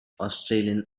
australian